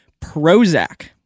Prozac